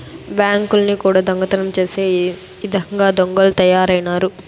బ్యాంకుల్ని కూడా దొంగతనం చేసే ఇదంగా దొంగలు తయారైనారు